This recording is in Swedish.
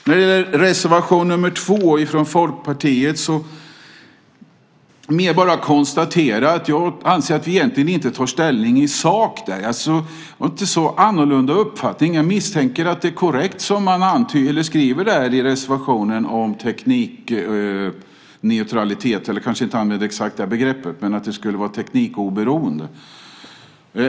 När det gäller reservation 2 från Folkpartiet konstaterar jag bara att vi egentligen inte tar ställning i sak. Jag har egentligen inte någon annan uppfattning. Jag antar att det som man skriver i reservationen om teknikneutralitet är korrekt; det kanske inte är exakt det begreppet som används, men det gäller i alla fall teknikoberoendet.